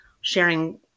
sharing